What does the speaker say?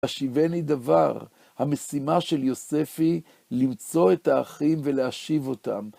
השיבני דבר, המשימה של יוספי, למצוא את האחים ולהשיב אותם.